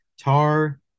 Tar